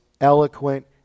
eloquent